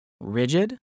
rigid